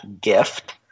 gift